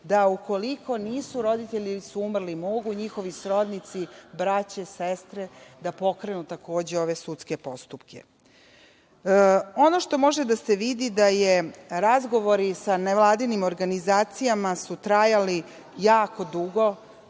da ukoliko nisu roditelji ili su umrli, mogu njihovi srodnici, braće, sestre da pokrenu ove sudske postupke. Ono što može da se vidi da su razgovori sa nevladinim organizacijama trajali jako dugo,